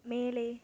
மேலே